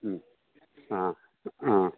മ്മ് ആ ആ